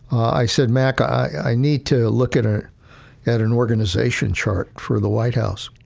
i said, mack, i need to look at ah at an organization chart for the white house.